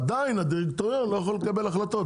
עדיין הדירקטוריון לא יכול לקבל החלטות.